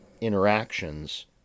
interactions